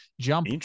jump